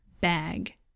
bag